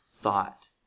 thought